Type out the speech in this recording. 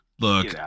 Look